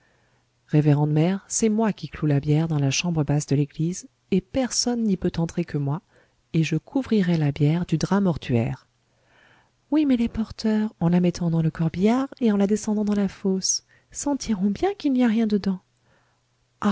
révérende mère c'est moi qui cloue la bière dans la chambre basse de l'église et personne n'y peut entrer que moi et je couvrirai la bière du drap mortuaire oui mais les porteurs en la mettant dans le corbillard et en la descendant dans la fosse sentiront bien qu'il n'y a rien dedans